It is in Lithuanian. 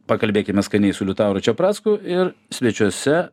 pakalbėkime skaniai su liutauru čepracku ir svečiuose